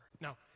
Now